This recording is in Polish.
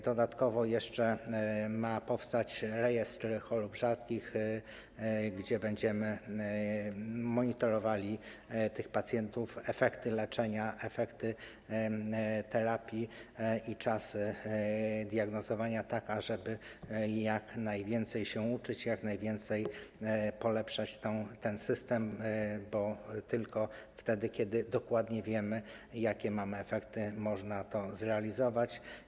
Dodatkowo ma jeszcze powstać rejestr chorób rzadkich, dzięki któremu będziemy monitorowali tych pacjentów, efekty leczenia, efekty terapii i czas diagnozowania, tak ażeby jak najwięcej się uczyć, jak najwięcej polepszać ten system, bo tylko wtedy, kiedy dokładnie wiemy, jakie mamy efekty, można to zrealizować.